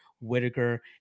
whitaker